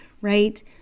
right